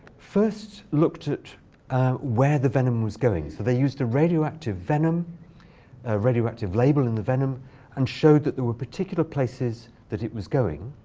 first looked at where the venom was going. so they used a radioactive venom radioactive label in the venom and showed that there were particular places that it was going.